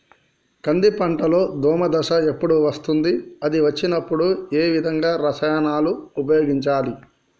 కంది పంటలో దోమ దశ ఎప్పుడు వస్తుంది అది వచ్చినప్పుడు ఏ విధమైన రసాయనాలు ఉపయోగించాలి?